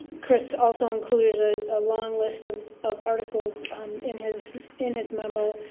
chris also included a ah long list um of articles in his in his memo.